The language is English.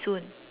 soon